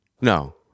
No